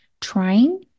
trying